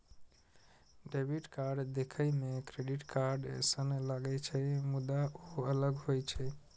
debit card देखै मे credit card सन लागै छै, मुदा ओ अलग होइ छै